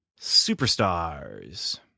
superstars